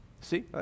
See